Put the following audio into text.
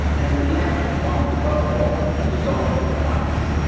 and the left wanted above all to dissolve that alliance,